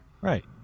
Right